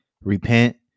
repent